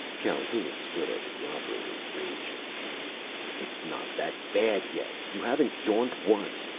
calhoun stood over the operator, raging it's not that bad yet! you haven't yawned once!